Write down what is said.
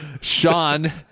Sean